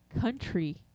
Country